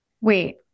Wait